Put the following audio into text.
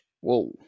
Whoa